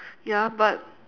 ya but